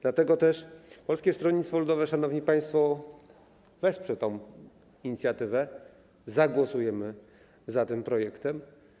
Dlatego też Polskie Stronnictwo Ludowe, szanowni państwo, wesprze tę inicjatywę, zagłosujemy za tym projektem.